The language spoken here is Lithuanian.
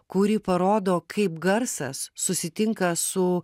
kuri parodo kaip garsas susitinka su